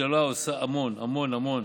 הממשלה עושה המון המון